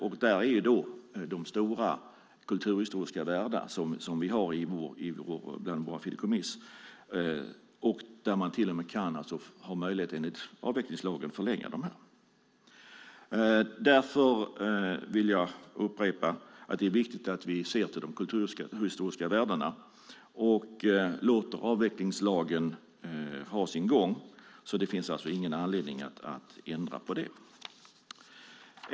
Dit hör de stora kulturhistoriska värdena som finns i våra fideikommiss, och man har enligt avvecklingslagen en möjlighet att förlänga dem. Jag vill upprepa att det är viktigt att vi ser till de kulturhistoriska värdena och låter avvecklingslagen ha sin gång. Det finns ingen anledning att ändra på det.